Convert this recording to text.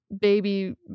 baby